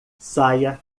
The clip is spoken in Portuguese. saia